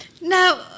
Now